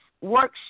workshop